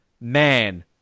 Man